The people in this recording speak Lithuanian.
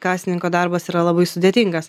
kad kasininko darbas yra labai sudėtingas